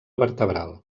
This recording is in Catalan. vertebral